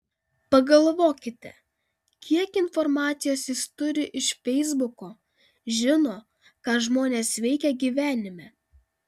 pagalvokite kiek informacijos jis turi iš feisbuko žino ką žmonės veikia gyvenime